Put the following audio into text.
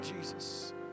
Jesus